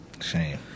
Shame